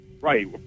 right